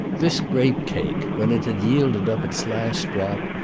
this grape cake, when it had yielded up its last drop,